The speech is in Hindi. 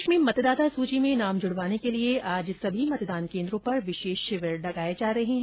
प्रदेश में मतदाता सूची में नाम जुड़वाने के लिए आज सभी मतदान केन्द्रों पर विशेष शिविर लगाये जा रहे हैं